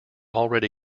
already